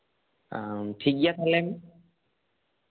ᱴᱷᱤᱠ ᱜᱮᱭᱟ ᱛᱟᱦᱚᱞᱮ